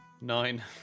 Nine